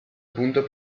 punto